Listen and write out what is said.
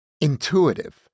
intuitive